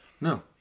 No